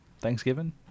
Thanksgiving